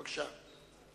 בבקשה.